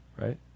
Right